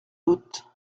doute